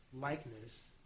likeness